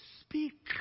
speak